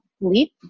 LEAP